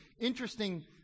interesting